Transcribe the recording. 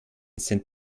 sind